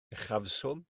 uchafswm